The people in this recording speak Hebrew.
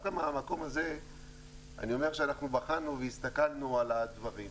דווקא מהמקום הזה אני אומר שאנחנו בחנו והסתכלנו על הדברים,